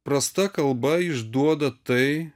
prasta kalba išduoda tai